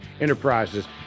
Enterprises